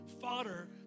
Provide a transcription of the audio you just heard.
fodder